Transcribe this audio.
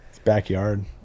Backyard